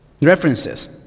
references